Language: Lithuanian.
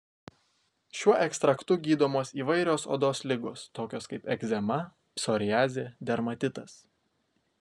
šiuo ekstraktu gydomos įvairios odos ligos tokios kaip egzema psoriazė dermatitas